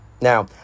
Now